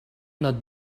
not